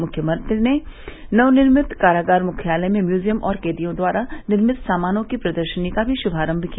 मुख्यमंत्री ने नवनिर्मित कारागार मुख्यालय में म्यूजियम और कैदियों द्वारा निर्मित सामानों की प्रदर्शनी का भी शुमारम्म किया